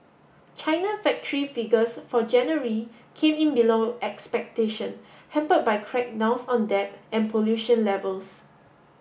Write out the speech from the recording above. China factory figures for January came in below expectation hampered by crackdowns on debt and pollution levels